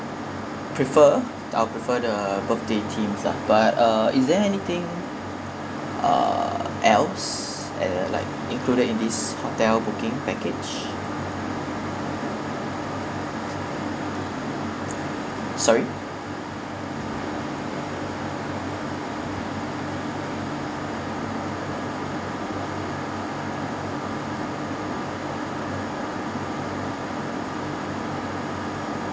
prefer I'll prefer the birthday theme ah but uh is there anything uh else uh like included in this hotel booking package sorry